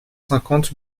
cinquante